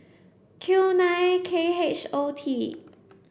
Q nine K H O T